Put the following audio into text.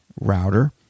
router